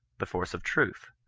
the force of truth,